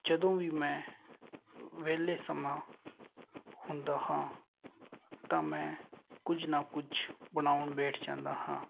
ਜਦੋਂ ਵੀ ਮੈਂ ਵਿਹਲੇ ਸਮਾਂ ਹੁੰਦਾ ਹਾਂ ਤਾਂ ਮੈਂ ਕੁਝ ਨਾ ਕੁਝ ਬਣਾਉਣ ਬੈਠ ਜਾਂਦਾ ਹਾਂ